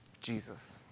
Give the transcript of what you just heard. Jesus